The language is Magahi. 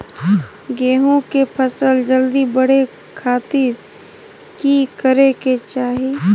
गेहूं के फसल जल्दी बड़े खातिर की करे के चाही?